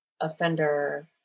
offender